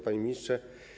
Panie Ministrze!